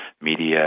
media